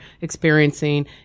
experiencing